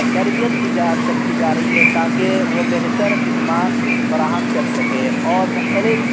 تربیت دی جا رہی ہے تاکہ وہ بہتر خدمات فراہم کر سکے اور مختلف